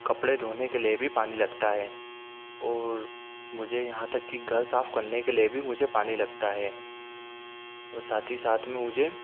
कपड़े धोने के लिए भी पानी लगता है और मुझे यहाँ तक कि घर साफ़ करने के लिए भी मुझे पानी लगता है और साथ ही साथ में मुझे